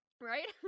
Right